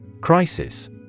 Crisis